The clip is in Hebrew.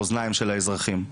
לאוזניים של האזרחים.